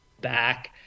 back